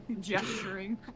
gesturing